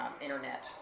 internet